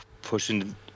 pushing